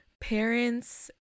parents